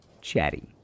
chatty